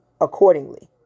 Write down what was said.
accordingly